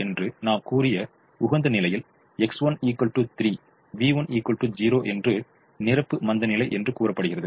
என்று நாம் கூறிய உகந்த நிலையில் X1 3 V1 0 என்று நிரப்பு மந்தநிலை என்று கூறப்படுகிறது